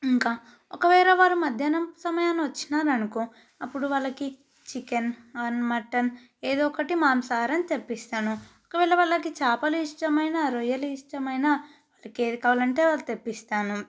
ఇంకా ఒకవేళ వాళ్ళు మధ్యాహ్నం సమయాన వచ్చినారు అనుకో అప్పుడు వాళ్ళకి చికెన్ అండ్ మటన్ ఏదో ఒకటి మాంసాహారం తెప్పిస్తాను ఒకవేళ వాళ్ళకి చేపలు ఇష్టమైనా రొయ్యలు ఇష్టమైనా వాళ్ళకి ఏది కావాలంటే అది తెప్పిస్తాను